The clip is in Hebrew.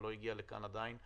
ולא הגיע לכאן עדיין,